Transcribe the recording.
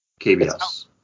KBS